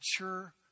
mature